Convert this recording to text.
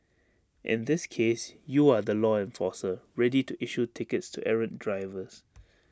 in this case you are the law enforcer ready to issue tickets to errant drivers